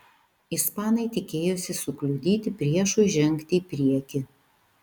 ispanai tikėjosi sukliudyti priešui žengti į priekį